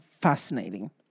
fascinating